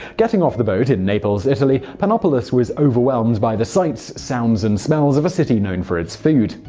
getting off the boat in naples, italy, panopoulos was overwhelmed by the sights, sounds and smells of a city known for its food.